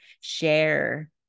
share